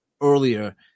earlier